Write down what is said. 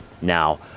now